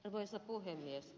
arvoisa puhemies